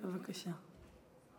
בבקשה.